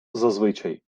зазвичай